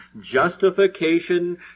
justification